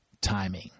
timing